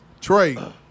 Trey